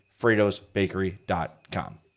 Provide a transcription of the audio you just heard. Fredo'sBakery.com